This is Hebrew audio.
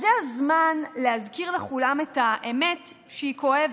אז זה הזמן להזכיר לכולם את האמת שהיא כואבת: